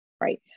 right